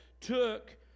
took